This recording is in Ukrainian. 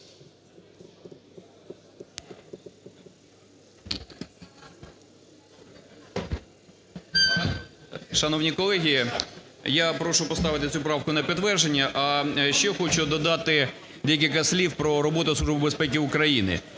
Шановні колеги, я прошу поставити цю правку на підтвердження. А ще хочу додати декілька слів про роботу Служби